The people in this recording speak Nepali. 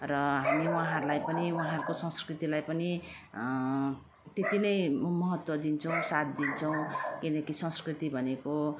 र हामी उहाँहरूलाई पनि उहाँहरूको संस्कृतिलाई पनि त्यति नै महत्त्व दिन्छौँ सथ दिन्छौँ किनकि संस्कृति भनेको